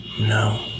No